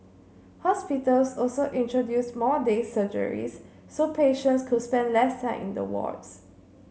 hospitals also introduced more day surgeries so patients could spend less time in the wards